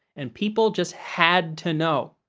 and people just had to know.